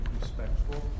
respectful